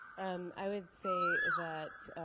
and i would say that,